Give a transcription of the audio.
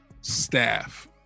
staff